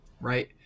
right